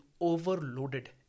overloaded